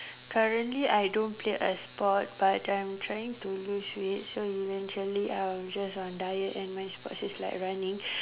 currently I don't play a sport but I am trying to lose weight so eventually I will just on diet and my sports is like running